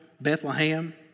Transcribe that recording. Bethlehem